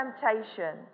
temptation